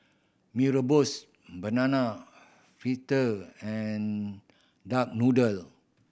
Mee Rebus banana fritter and duck noodle